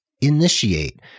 initiate